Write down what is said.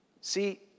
See